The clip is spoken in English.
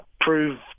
prove